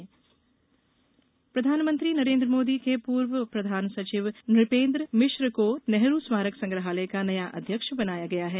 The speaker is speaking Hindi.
नेहरू स्मारक प्रधानमंत्री नरेन्द्र मोदी के पूर्व प्रधान सचिव नुपेन्द्र मिश्र को नेहरू स्मारक संग्रहालय का नया अध्यक्ष बनाया गया है